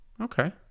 okay